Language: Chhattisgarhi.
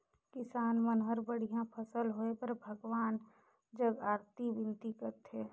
किसान मन हर बड़िया फसल होए बर भगवान जग अरती बिनती करथे